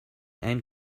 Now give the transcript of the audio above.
and